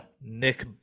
Nick